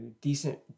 decent